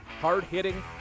hard-hitting